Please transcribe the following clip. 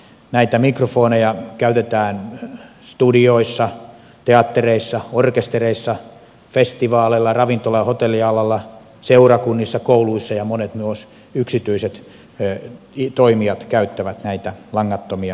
näitä mikrofoneja käytetään studioissa teattereissa orkestereissa festivaaleilla ravintola ja hotellialalla seurakunnissa kouluissa ja myös monet yksityiset toimijat käyttävät langattomia radiomikrofoneja